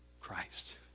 Christ